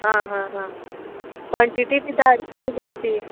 आं हां हां कॉन्टिटी बी धाड कितली जाय ती